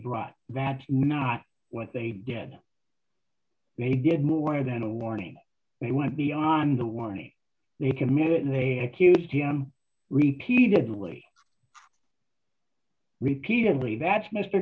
brought that's not what they did they did more than a warning they went beyond the warning they committed and they accused him repeated lee repeatedly that's mr